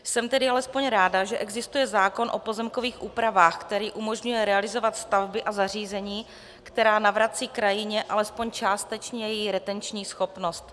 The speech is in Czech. Jsem tedy alespoň ráda, že existuje zákon o pozemkových úpravách, který umožňuje realizovat stavby a zařízení, která navracejí krajině alespoň částečně její retenční schopnost.